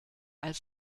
als